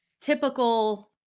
typical